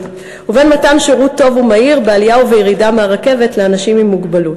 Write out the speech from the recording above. ובין מתן שירות טוב ומהיר בעלייה ובירידה מהרכבת לאנשים עם מוגבלות,